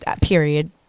period